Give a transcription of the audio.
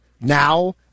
now